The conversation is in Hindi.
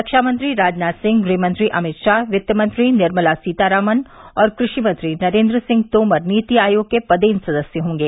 रक्षा मंत्री राजनाथ सिंह गृहमंत्री अमित शाह वित्त मंत्री निर्मला सीतारामन और कृषि मंत्री नरेन्द्र सिंह तोमर नीति आयोग के पदेन सदस्य होंगे